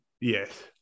yes